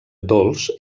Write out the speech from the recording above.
dolç